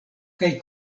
kaj